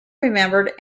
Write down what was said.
remembered